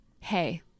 hey